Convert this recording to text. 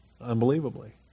unbelievably